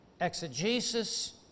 exegesis